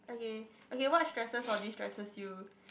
okay okay what stresses or distresses you